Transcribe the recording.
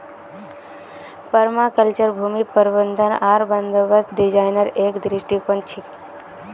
permaculture भूमि प्रबंधन आर बंदोबस्त डिजाइनेर एक दृष्टिकोण छिके